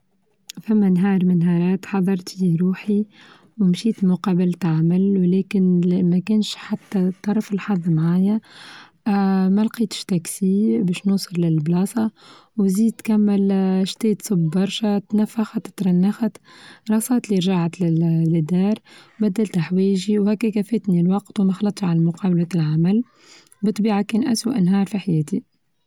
فما نهار من نهارت حظرت لي روحي ومشيت لمقابلة عمل ولكن ما كانش حتى طرف الحظ معايا، آآ ما لقيتش تكسى باش نوصل للبلازا وزيد تكمل آآ چتيت سب برشا تنفخت ترنخت رست لي رچعت لل-للدار بدلت حوايچي وهكاكا فاتنى الوقت وماخلطش على مقابلة العمل، بطبيعة كان اسوء انها في حياتي.